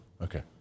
okay